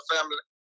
Family